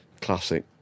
classic